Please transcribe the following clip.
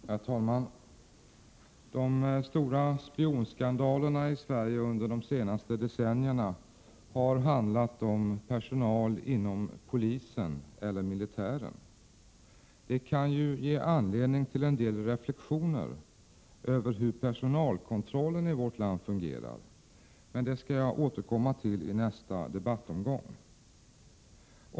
Herr talman! De stora spionskandalerna i Sverige under de senaste decennierna har handlat om personal inom polisen eller militären. Det kan ge anledning till en del reflexioner om hur personalkontrollen i vårt land fungerar, men det skall jag återkomma till i nästa debattomgång.